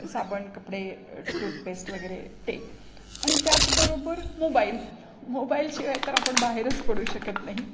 साबण कपडे टूथपेस्ट वगैरे ते आणि त्याचबरोबर मोबाईल मोबाईलशिवाय तर आपण बाहेरच पडू शकत नाही